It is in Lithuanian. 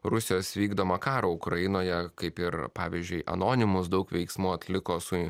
rusijos vykdomą karą ukrainoje kaip ir pavyzdžiui anonimus daug veiksmų atliko su